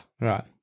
Right